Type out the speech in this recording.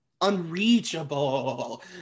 Unreachable